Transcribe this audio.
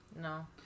No